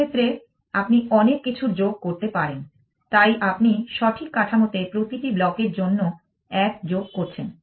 এই ক্ষেত্রে আপনি অনেক কিছুর যোগ করতে পারেন তাই আপনি সঠিক কাঠামোতে প্রতিটি ব্লকের জন্য 1 যোগ করছেন